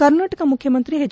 ಕರ್ನಾಟಕ ಮುಖ್ಯಮಂತ್ರಿ ಎಚ್